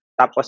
tapos